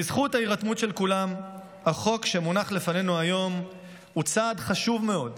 בזכות ההירתמות של כולם החוק שמונח לפנינו היום הוא צעד חשוב מאוד